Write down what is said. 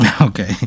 Okay